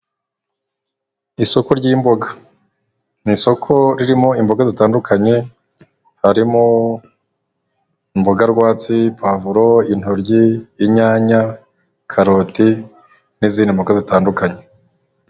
Isoko ry'imboga, ni isoko ririmo imboga zitandukanye harimo: imboga rwatsi, pavuro, intoryi inyanya, karoti n'izindi mboga zitandukanye.